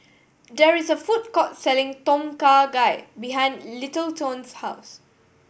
there is a food court selling Tom Kha Gai behind Littleton's house